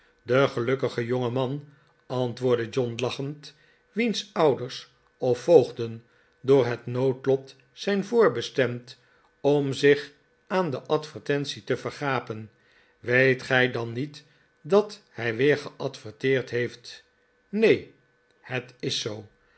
de gelukkige jongeman antwoordde john lachend wiens ouders of voogden door het noodlot zijn voorbestemd om zich aan de advertentie te vergapen weet gij dan niet dat hij weer geadverteerd heeft neen het is zoo